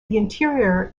interior